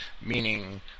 meaning